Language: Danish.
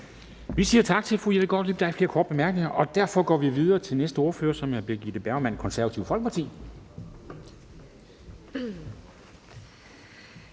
Vi siger tak til fru Jette Gottlieb. Der er ikke flere korte bemærkninger, og derfor går vi videre til næste ordfører, som er Birgitte Bergman, Konservative Folkeparti.